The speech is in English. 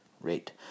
rate